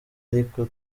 ariko